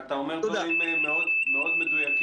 אבי, אתה אומר דברים מאוד מדויקים.